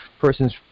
person's